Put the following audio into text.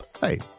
Hey